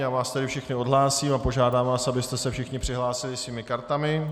Já vás tedy všechny odhlásím a požádám vás, abyste se všichni přihlásili svými kartami.